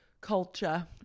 culture